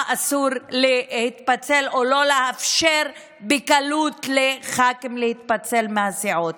אסור להתפצל או לאפשר בקלות לח"כים להתפצל מהסיעות.